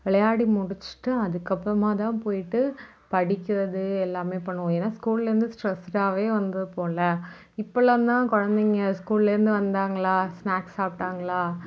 விளையாடி முடிச்சுட்டு அதுக்கப்பறமா தான் போயிட்டு படிக்கிறது எல்லாமே பண்ணுவோம் ஏன்னால் ஸ்கூல்லேருந்து ஸ்ட்ரெஸ்டாகவே வந்திருப்போல்ல இப்போதெலாம் தான் குழந்தைங்க ஸ்கூல்லேருந்து வந்தாங்களா ஸ்நாக்ஸ் சாப்பிட்டாங்களா